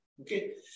Okay